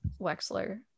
Wexler